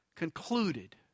concluded